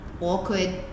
awkward